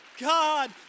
God